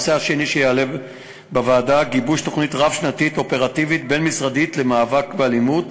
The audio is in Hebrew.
2. גיבוש תוכנית רב-שנתית אופרטיבית בין-משרדית למאבק באלימות,